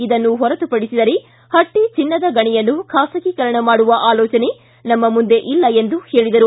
ಇದನ್ನು ಹೊರತುಪಡಿಸಿದರೇ ಹಟ್ಟ ಚಿನ್ನದ ಗಣಿಯನ್ನು ಖಾಸಗೀಕರಣ ಮಾಡುವ ಅಲೋಚನೆ ನಮ್ಮ ಮುಂದೆ ಇಲ್ಲ ಎಂದು ಹೇಳಿದರು